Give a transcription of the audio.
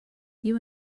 you